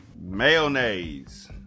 mayonnaise